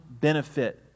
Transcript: benefit